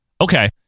Okay